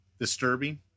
disturbing